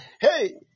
Hey